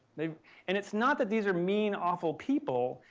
and it's not that these are mean awful people,